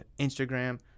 Instagram